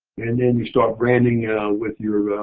and then you start branding with your